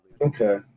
Okay